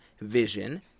Vision